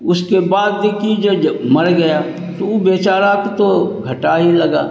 उसके बाद की जब मर गया तो वह बेचारे का तो घाटा ही लगा